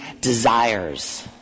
desires